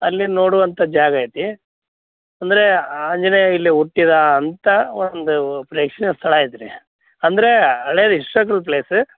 ಅಲ್ಲಿ ನೋಡುವಂಥ ಜಾಗ ಐತಿ ಅಂದರೆ ಆಂಜನೇಯ ಇಲ್ಲಿ ಹುಟ್ಟಿದ ಅಂತ ಒಂದು ವ ಪ್ರೇಕ್ಷಣೀಯ ಸ್ಥಳ ಐತೆ ರೀ ಅಂದರೆ ಹಳೇದ್ ಹಿಸ್ಟೋರಿಕಲ್ ಪ್ಲೇಸ